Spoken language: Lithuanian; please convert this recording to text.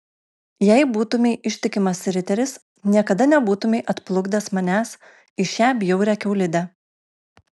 jei būtumei ištikimas riteris niekada nebūtumei atplukdęs manęs į šią bjaurią kiaulidę